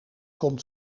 komt